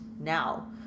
now